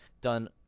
done